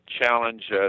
challenge